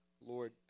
Lord